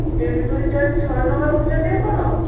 delivery charge ଶହେ ଟଙ୍କା ରଖୁଛନ୍ତି ଆପଣ